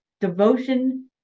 devotion